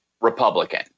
Republican